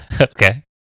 Okay